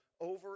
over